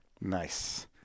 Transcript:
Nice